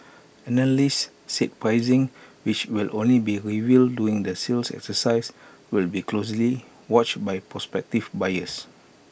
analysts said pricing which will only be revealed during the sales exercise will be closely watched by prospective buyers